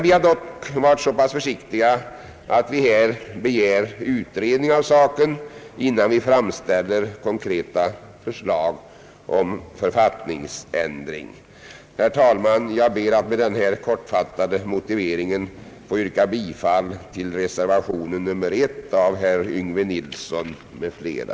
Vi har dock varit så pass försiktiga att vi endast begär utredning av saken innan vi framställer konkreta förslag om författningsändring. Jag ber, herr talman, att med denna kortfattade motivering få yrka bifall till reservation 1 av herr Yngve Nilsson m.fl.